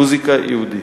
מוזיקה יהודית.